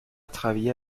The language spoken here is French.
travaillait